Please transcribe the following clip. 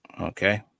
okay